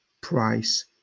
price